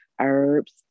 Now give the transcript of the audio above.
herbs